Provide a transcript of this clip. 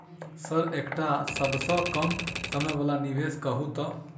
Sir एकटा सबसँ कम समय वला निवेश कहु तऽ?